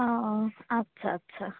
ও আচ্ছা আচ্ছা